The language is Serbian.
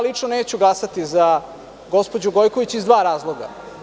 Lično neću glasati za gospođu Gojković iz dva razloga.